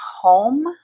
home